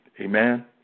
Amen